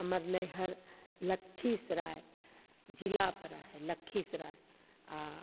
हमर नैहर लक्खीसराय जिला पड़ै हइ लक्खीसराय आओर